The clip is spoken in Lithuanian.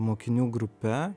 mokinių grupe